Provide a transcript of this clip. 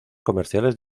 comerciales